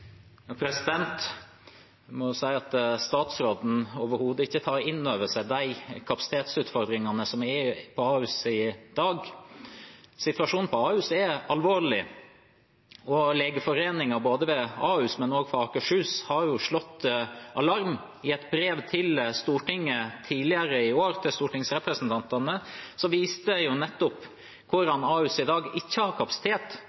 må si at statsråden overhodet ikke tar inn over seg de kapasitetsutfordringene som er på Ahus i dag. Situasjonen på Ahus er alvorlig, og Legeforeningen både ved Ahus og for Akershus har slått alarm. I et brev til Stortinget – til stortingsrepresentantene – tidligere i år viste en nettopp hvordan Ahus i dag ikke har kapasitet